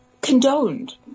condoned